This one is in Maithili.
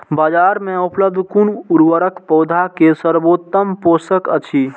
बाजार में उपलब्ध कुन उर्वरक पौधा के सर्वोत्तम पोषक अछि?